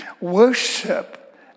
Worship